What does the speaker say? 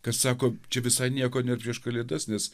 kad sako čia visai nieko nėr prieš kalėdas nes